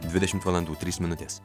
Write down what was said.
dvidešimt valandų trys minutės